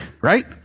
right